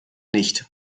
nicht